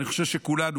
אני חושב שכולנו,